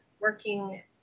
working